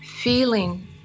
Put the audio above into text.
Feeling